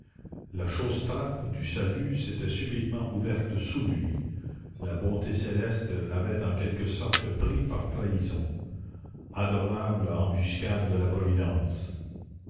la chausse trape du salut s'était subitement ouverte sous lui la bonté céleste l'avait en quelque sorte pris par trahison adorables embuscades de la providence